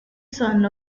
son